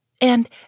And